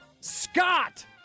Scott